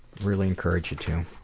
really encourage you to.